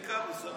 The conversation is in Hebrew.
העיקר, שהוא שר